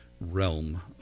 realm